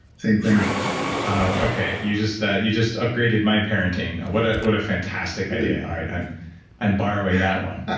same thing okay, you just ah you just upgraded my parenting. what ah what a fantastic idea. i'm i'm borrowing that one